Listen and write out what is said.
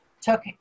took